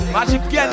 Magic